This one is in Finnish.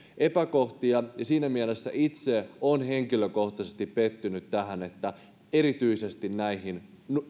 epäkohtia ja siinä mielessä itse olen henkilökohtaisesti pettynyt tähän että erityisesti näihin